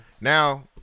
Now